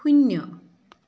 শূন্য